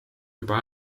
juba